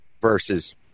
versus